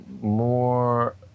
more